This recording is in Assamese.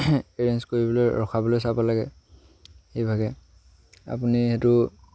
এৰেঞ্জ কৰিবলৈ ৰখাবলৈ চাব লাগে সেইভাগে আপুনি সেইটো